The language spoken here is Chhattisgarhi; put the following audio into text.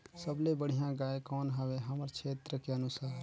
सबले बढ़िया गाय कौन हवे हमर क्षेत्र के अनुसार?